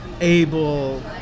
able